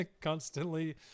constantly